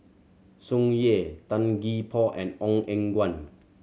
Tsung Yeh Tan Gee Paw and Ong Eng Guan